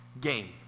game